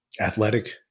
athletic